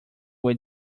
way